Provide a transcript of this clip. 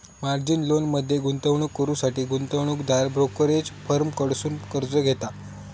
margin लोनमध्ये गुंतवणूक करुसाठी गुंतवणूकदार ब्रोकरेज फर्म कडसुन कर्ज घेता